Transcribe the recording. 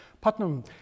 Putnam